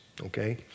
okay